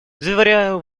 заверяю